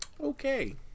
okay